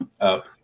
up